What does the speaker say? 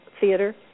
theater